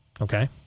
Okay